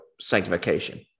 sanctification